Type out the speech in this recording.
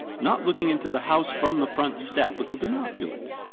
not looking into the house from the front step with the binoculars.